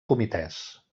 comitès